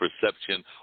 perception